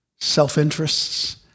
self-interests